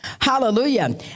Hallelujah